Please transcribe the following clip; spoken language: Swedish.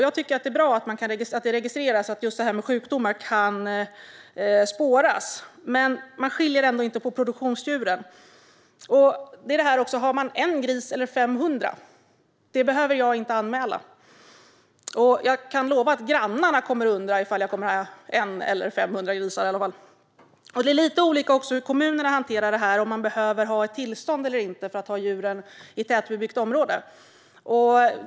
Jag tycker att det är bra att de registreras så att sjukdomar kan spåras. Men man skiljer dem ändå inte från produktionsdjuren. Jag behöver inte anmäla om jag har en gris eller 500. Jag kan lova att grannarna kommer att undra om jag kommer att ha en eller 500 grisar. Det är lite olika också hur kommunerna hanterar frågan, det vill säga om man behöver ett tillstånd eller inte för att hålla djur i tätbebyggt område.